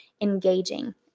engaging